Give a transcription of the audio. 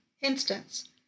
instance